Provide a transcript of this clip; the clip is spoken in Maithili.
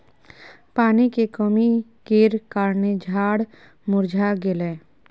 पानी के कमी केर कारणेँ झाड़ मुरझा गेलै